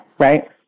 Right